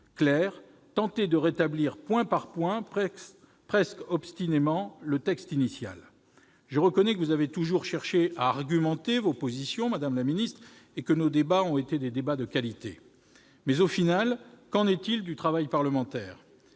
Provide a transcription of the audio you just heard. claire : tenter de rétablir, point par point, presque obstinément, le texte initial. Je reconnais que vous avez toujours cherché à argumenter vos positions, et que la qualité de nos débats mérite d'être saluée. Oui ! Mais, au total, qu'en est-il du travail parlementaire ?